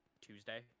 Tuesday